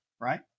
right